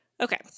okay